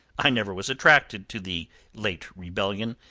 i never was attracted to the late rebellion.